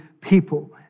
people